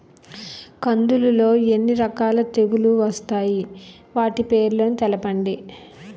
కందులు లో ఎన్ని రకాల తెగులు వస్తాయి? వాటి పేర్లను తెలపండి?